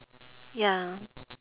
ya